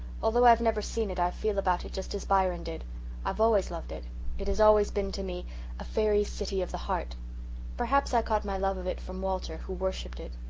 although i've never seen it i feel about it just as byron did i've always loved it it has always been to me a fairy city of the heart perhaps i caught my love of it from walter, who worshipped it.